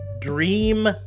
dream